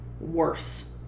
Worse